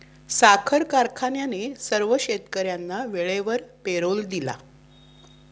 साखर कारखान्याने सर्व शेतकर्यांना वेळेवर पेरोल दिला